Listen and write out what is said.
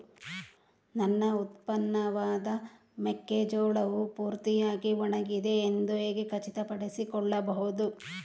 ನನ್ನ ಉತ್ಪನ್ನವಾದ ಮೆಕ್ಕೆಜೋಳವು ಪೂರ್ತಿಯಾಗಿ ಒಣಗಿದೆ ಎಂದು ಹೇಗೆ ಖಚಿತಪಡಿಸಿಕೊಳ್ಳಬಹುದು?